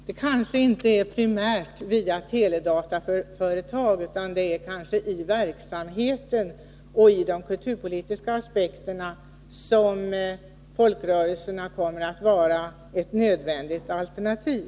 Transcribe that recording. Det är kanske inte primärt via teledataföretag utan i verksamheten och i de kulturpolitiska aspekterna som folkrörelserna kommer att vara ett nödvändigt alternativ.